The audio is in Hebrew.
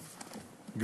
מתנצל.